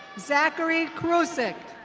zachary crussick.